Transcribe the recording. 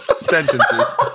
Sentences